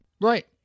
Right